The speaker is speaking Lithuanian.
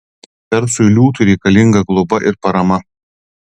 persui liūtui reikalinga globa ir parama